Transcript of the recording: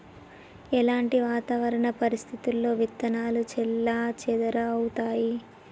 ఎలాంటి వాతావరణ పరిస్థితుల్లో విత్తనాలు చెల్లాచెదరవుతయీ?